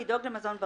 הרשמת.